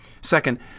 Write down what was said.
Second